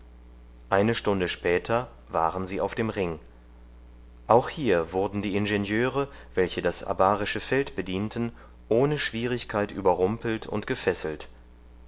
eine stunde später waren sie auf dem ring auch hier wurden die ingenieure welche das abarische feld bedienten ohne schwierigkeit überrumpelt und gefesselt